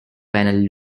and